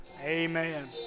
Amen